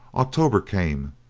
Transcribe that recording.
october came,